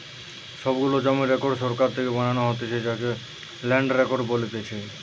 সব গুলা জমির রেকর্ড সরকার থেকে বানাতে হতিছে যাকে ল্যান্ড রেকর্ড বলতিছে